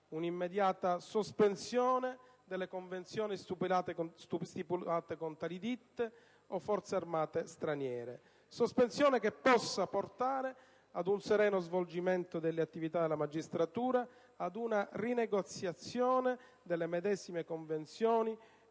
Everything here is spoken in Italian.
una immediata sospensione delle convenzioni stipulate con tali ditte o forze armate straniere, sospensione che possa portare ad un sereno svolgimento dell'attività della magistratura e ad una rinegoziazione delle medesime convenzioni,